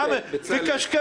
מקשקש.